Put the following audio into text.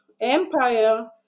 Empire